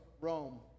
Rome